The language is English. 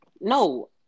No